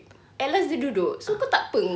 at last dia duduk so pun tak apa